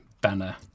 banner